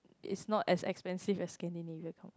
it's not as expensive as Scandinavia